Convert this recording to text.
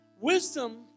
Wisdom